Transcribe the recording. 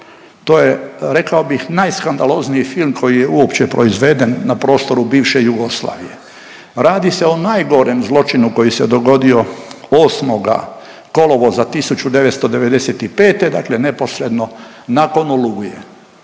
To je rekao bih najskandalozniji film koji je uopće proizveden na prostoru bivše Jugoslavije. Radi se o najgorem zločinu koji se dogodio 8. kolovoza 1995., dakle neposredno nakon Oluje.